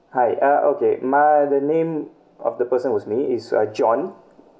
hi uh okay my the name of the person was me is uh john